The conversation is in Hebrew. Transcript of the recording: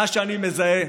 מה שאני מזהה